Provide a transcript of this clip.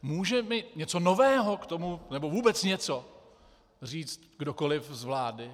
Může mi něco nového nebo vůbec něco říct kdokoliv z vlády?